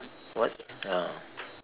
what ya